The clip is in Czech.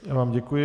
Já vám děkuji.